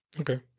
Okay